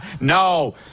No